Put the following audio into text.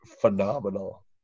phenomenal